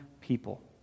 people